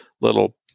little